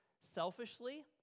selfishly